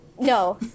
No